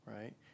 right